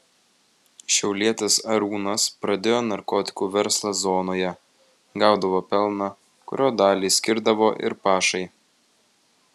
šiaulietis arūnas pradėjo narkotikų verslą zonoje gaudavo pelną kurio dalį skirdavo ir pašai